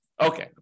Okay